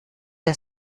der